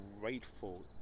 grateful